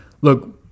Look